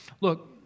Look